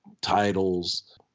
titles